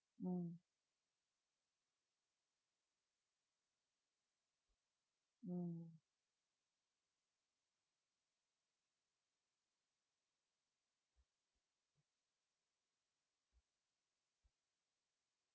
mm mm